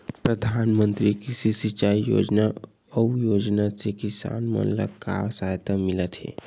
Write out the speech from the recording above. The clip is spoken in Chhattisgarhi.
प्रधान मंतरी कृषि सिंचाई योजना अउ योजना से किसान मन ला का सहायता मिलत हे?